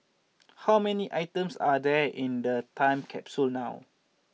how many items are there in the time capsule now